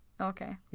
Okay